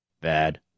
Bad